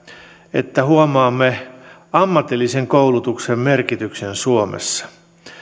että huomaamme ammatillisen koulutuksen merkityksen suomessa